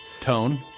Tone